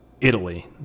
Italy